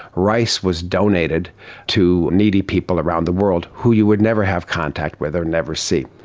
rice was donated to needy people around the world who you would never have contact with or never see.